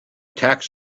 tax